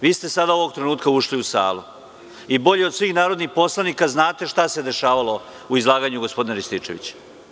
Vi ste sada, ovog trenutka, ušli u salu i bolje od svih narodnih poslanika znate šta se dešavalo ovde u izlaganju gospodine Rističevića.